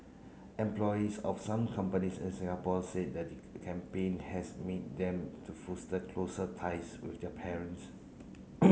employees of some companies in Singapore said that campaign has meet them to foster closer ties with their parents